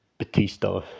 Batista